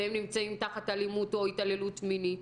והם נמצאים תחת אלימות או התעללות מינית?